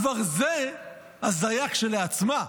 כבר זה הזיה כשלעצמה.